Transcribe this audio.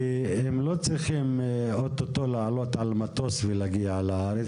כי הם לא צריכים או-טו-טו לעלות על מטוס ולהגיע לארץ,